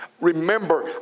Remember